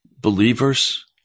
believers